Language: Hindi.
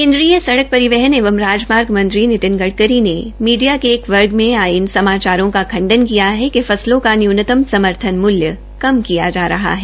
केन्द्रीय सड़क परिवहन एवं राजमार्ग मंत्री नितिन गडकरी ने मीडिया के एक वर्ग में आए इन समाचारों का खण्डन किया है कि फसलों का न्यूनतम समर्थन मूल्य कम किया जा रहा है